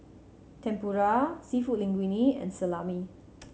Tempura Seafood Linguine and Salami